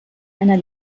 einer